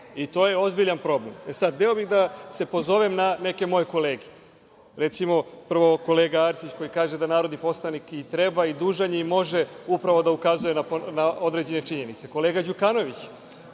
i to je ozbiljan problem. Hteo bih da se pozovem na neke moje kolege, prvo kolega Arsić koji kaže da narodni poslanik treba, može i dužan je da ukazuje na određene činjenice. Kolega Đukanović